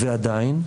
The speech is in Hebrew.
ועדיין,